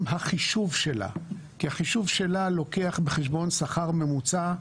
החישוב שלה כי החישוב שלה לוקח בחשבון שכר ממוצע,